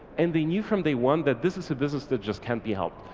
and they knew from day one that this is a business that just can't be helped.